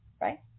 right